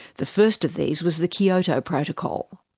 the first of these was the kyoto protocol.